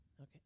Okay